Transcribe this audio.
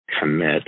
commit